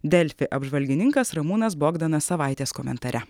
delfi apžvalgininkas ramūnas bogdanas savaitės komentare